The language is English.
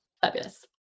Fabulous